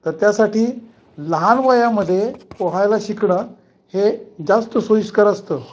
तर त्यासाठी लहान वयामधे पोहायला शिकणं हे जास्त सोईस्कर असतं